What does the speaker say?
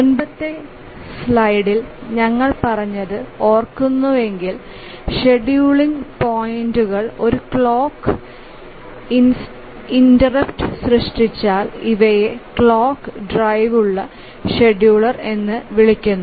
മുമ്പത്തെ സ്ലൈഡിൽ ഞങ്ങൾ പറഞ്ഞത് ഓർക്കുന്നുവെങ്കിൽ ഷെഡ്യൂളിംഗ് പോയിന്റുകൾ ഒരു ക്ലോക്ക് ഇന്ററപ്റ്റ് സൃഷ്ടിച്ചാൽ ഇവയെ ക്ലോക്ക് ഡ്രൈവുള്ള ഷെഡ്യൂളർ എന്ന് വിളിക്കുന്നു